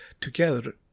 Together